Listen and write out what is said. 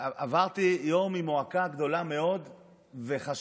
עברתי יום עם מועקה גדולה מאוד וחשש